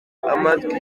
amatwi